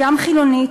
גם חילונית,